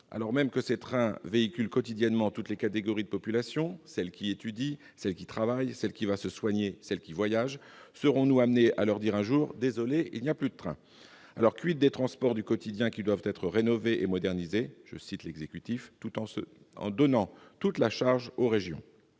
Alors même que ces trains transportent quotidiennement toutes les catégories de populations, les personnes qui étudient, celles qui travaillent, celles qui vont se faire soigner, celles qui voyagent, serons-nous amenés à leur dire un jour : désolés, il n'y a plus de train ? des transports du quotidien, qui doivent être rénovés et modernisés, l'exécutif, qui en fait supporter toute la charge aux régions